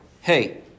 Hey